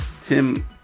Tim